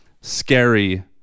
scary